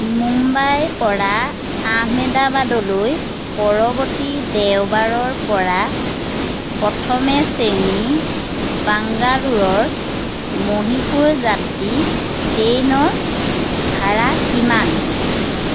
মুম্বাইৰ পৰা আহমেদাবাদলৈ পৰৱৰ্তী দেওবাৰৰ পৰা প্ৰথমে শ্ৰেণী বাংগালোৰৰ মহীশূৰ যাত্ৰী ট্ৰেইনৰ ভাড়া কিমান